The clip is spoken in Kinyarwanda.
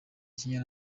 kenya